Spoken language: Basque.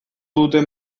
duten